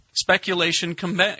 Speculation